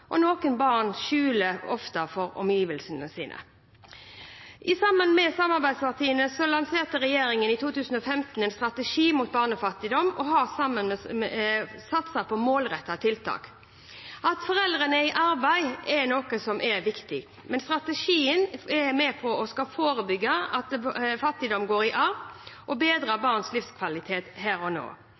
og noen barn skjuler det for omgivelsene sine. Sammen med samarbeidspartiene lanserte regjeringen i 2015 en strategi mot barnefattigdom og har satset på målrettede tiltak. At foreldrene er i arbeid, er viktig, men strategien er med på å skulle forebygge at fattigdom går i arv og bedre barns livskvalitet her og nå.